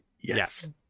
Yes